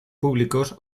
públicos